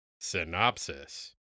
Synopsis